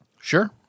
Sure